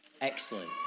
Excellent